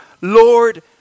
Lord